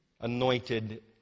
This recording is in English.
anointed